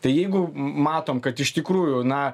tai jeigu matom kad iš tikrųjų na